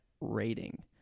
rating